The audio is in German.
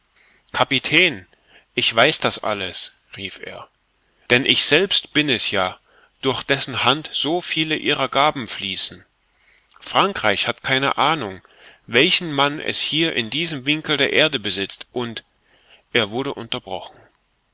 kapitän ich weiß das alles rief er denn ich selbst bin es ja durch dessen hand so viele ihrer gaben fließen frankreich hat keine ahnung welchen mann es hier in diesem winkel der erde besitzt und er wurde unterbrochen